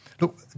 Look